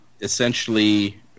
essentially